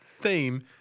theme